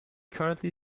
currently